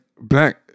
black